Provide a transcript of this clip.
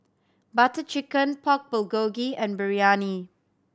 Butter Chicken Pork Bulgogi and Biryani